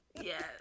Yes